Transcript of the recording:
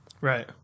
Right